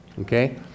Okay